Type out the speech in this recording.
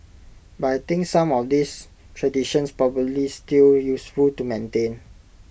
but I think some of these traditions probably still useful to maintain